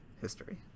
history